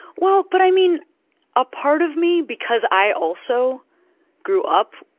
well, but i mean a part of me because i also grew up,